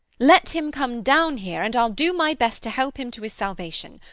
let him come down here and i'll do my best to help him to his salvation.